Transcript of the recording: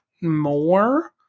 more